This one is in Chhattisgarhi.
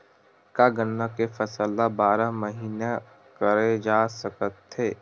का गन्ना के फसल ल बारह महीन करे जा सकथे?